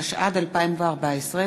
התשע"ד 2014,